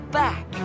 back